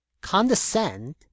Condescend